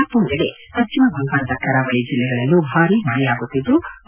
ಮತ್ತೊಂದೆಡೆ ಪಶ್ಲಿಮ ಬಂಗಾಳದ ಕರಾವಳ ಜಿಲ್ಲೆಗಳಲ್ಲೂ ಭಾರೀ ಮಳೆಯಾಗುತ್ತಿದ್ಲು